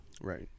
right